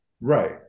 Right